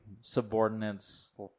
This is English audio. subordinates